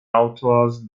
autors